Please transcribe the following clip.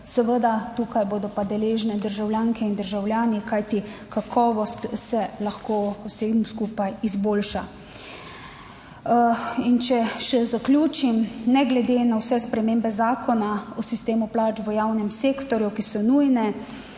Seveda tukaj bodo pa deležne državljanke in državljani, kajti kakovost se lahko vsem skupaj izboljša. In če še zaključim. Ne glede na vse spremembe Zakona o sistemu plač v javnem sektorju, ki so nujne,